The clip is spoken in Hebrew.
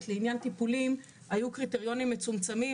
לעניין טיפולים היו קריטריונים מצומצמים,